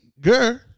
girl